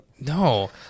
No